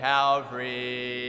Calvary